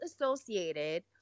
associated